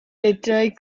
detroit